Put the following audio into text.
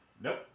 Nope